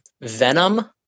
Venom